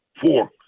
Four